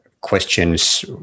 questions